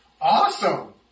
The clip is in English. awesome